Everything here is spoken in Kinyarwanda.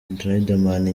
riderman